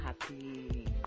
happy